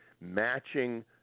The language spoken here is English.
matching